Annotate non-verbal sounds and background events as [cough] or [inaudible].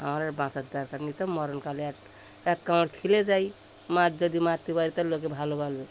আমার আর বাঁচার দরকার নেই তো মরণকালে এক এক [unintelligible] যায় মাছ যদি মারতে পারি তাহলে লোকে ভালো বলবে